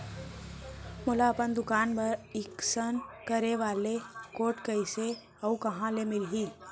मोला अपन दुकान बर इसकेन करे वाले कोड कइसे अऊ कहाँ ले मिलही?